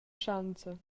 schanza